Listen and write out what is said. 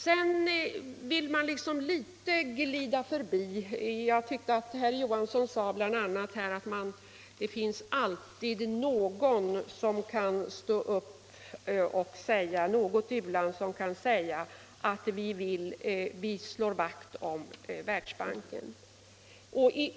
Herr Johansson sade att olika u-länder har olika inställning till Världsbanken och att det alltid finns något u-land som kan stå upp och säga: Vi slår vakt om Världsbanken.